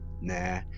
Nah